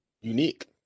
unique